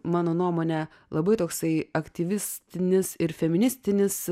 mano nuomone labai toksai aktyvistinis ir feministinis